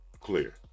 clear